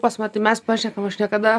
pats matai mes pašnekam aš niekada